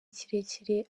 kirekire